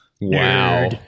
Wow